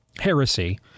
heresy